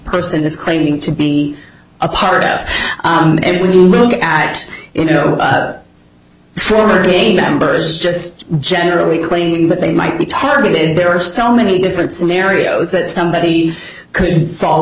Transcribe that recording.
person is claiming to be a part of and when you look at you know former gang members just generally claiming that they might be targeted there are so many different scenarios that somebody could fall